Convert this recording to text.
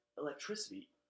electricity